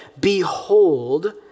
behold